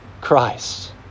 Christ